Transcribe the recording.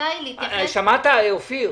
שמעת, אופיר?